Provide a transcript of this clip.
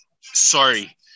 sorry